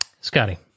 Scotty